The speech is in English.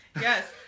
Yes